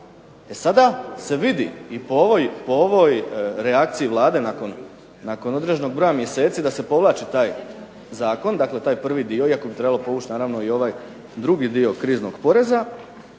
E sada se vidi i po ovoj reakciji Vlade nakon određenog broja mjeseci da se povlači taj zakon, dakle taj prvi dio iako bi trebalo povuć naravno i ovaj drugi dio kriznog poreza.